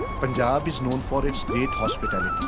punjab is known for its great hospitality.